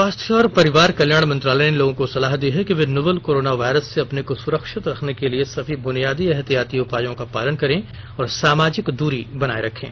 स्वास्थ्य और परिवार कल्याण मंत्रालय ने लोगों को सलाह दी है कि वे नोवल कोरोना वायरस से अपने को सुरक्षित रखने के लिए सभी ब्रनियादी एहतियाती उपायों का पालन करें और सामाजिक दूरी बनाए रखें